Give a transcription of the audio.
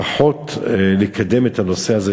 לפחות לקדם את הנושא הזה,